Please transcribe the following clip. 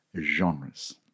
genres